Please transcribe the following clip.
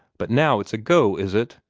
but now it's a go, is it?